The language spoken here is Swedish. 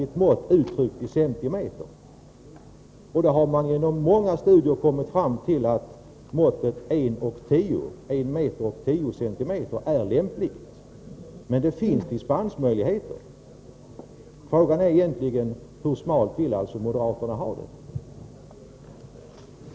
Genom många studier har man kommit fram till att 1,10 meter är lämpligt, men det finns dispensmöjligheter. Frågan är egentligen: Hur smalt vill moderaterna ha det hela?